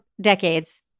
decades